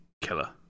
killer